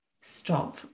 stop